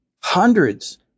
Hundreds